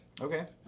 Okay